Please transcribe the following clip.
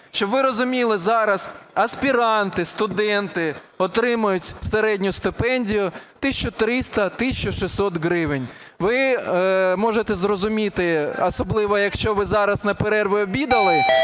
Щоб ви розуміли, зараз аспіранти, студенти отримують середню стипендію 1 тисяча 300 – 1 тисяча 600 гривень. Ви можете зрозуміти, особливо, якщо ви зараз на перерві обідали